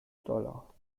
dollar